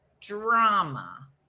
drama